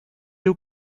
you